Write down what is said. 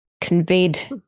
conveyed